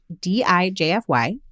D-I-J-F-Y